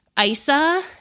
ISA